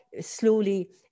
slowly